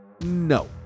No